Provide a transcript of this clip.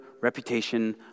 reputation